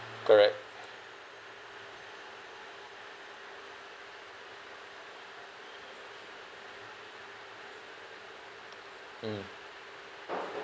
correct mm